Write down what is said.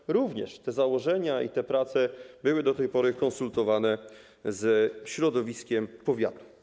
Otóż również te założenia i te prace były do tej pory konsultowane ze środowiskiem powiatów.